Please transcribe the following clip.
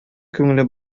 күңеле